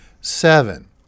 Seven